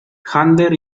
xander